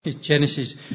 Genesis